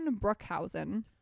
Brookhausen